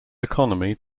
economy